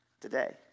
today